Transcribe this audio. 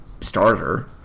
starter